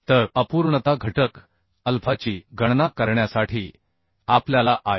तर अपूर्णता घटक अल्फाची गणना करण्यासाठी आपल्याला आय